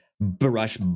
brush